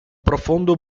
profondo